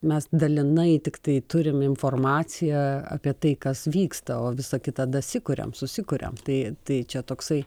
mes dalinai tiktai turim informaciją apie tai kas vyksta o visą kitą dasusikuriam susikuriam tai tai čia toksai